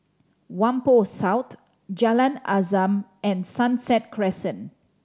Whampoa South Jalan Azam and Sunset Crescent